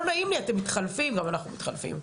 לא נעים לי אתם מתחליפים גם אנחנו מתחלפים,